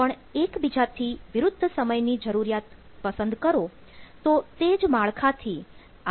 પણ એકબીજાથી વિરુદ્ધ સમયની જરૂરીયાતો પસંદ કરો તો તે જ માળખાથી આ વસ્તુઓનો વહીવટ કરી શકું છું